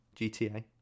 GTA